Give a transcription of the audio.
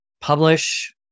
publish